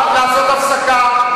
לעשות הפסקה.